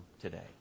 today